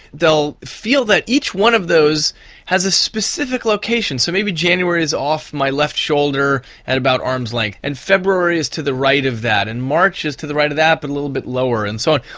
they'll feel that each one of those has a specific location. so maybe january is off my left shoulder at about arm's length, like and february is to the right of that, and march is to the right of that but a little bit lower and so on.